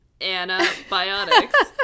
antibiotics